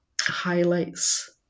highlights